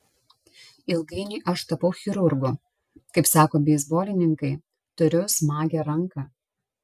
ilgainiui aš tapau chirurgu kaip sako beisbolininkai turiu smagią ranką